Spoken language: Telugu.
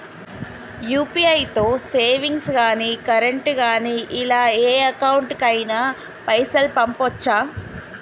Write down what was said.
యూ.పీ.ఐ తో సేవింగ్స్ గాని కరెంట్ గాని ఇలా ఏ అకౌంట్ కైనా పైసల్ పంపొచ్చా?